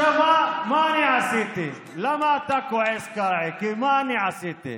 מה אחרי חוק, עכשיו, מה אני עשיתי?